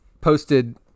posted